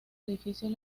edificios